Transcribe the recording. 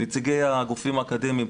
נציגי הגופים האקדמיים,